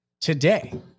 today